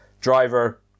driver